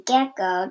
Gecko